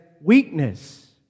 weakness